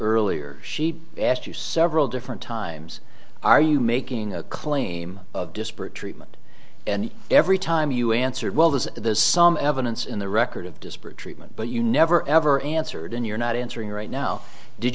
earlier she asked you several different times are you making a claim of disparate treatment and every time you answered well this there's some evidence in the record of disparate treatment but you never ever answered and you're not answering right now did